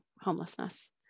homelessness